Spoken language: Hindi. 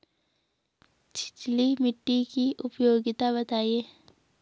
छिछली मिट्टी की उपयोगिता बतायें?